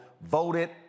voted